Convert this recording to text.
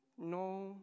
no